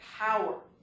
power